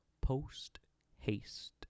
post-haste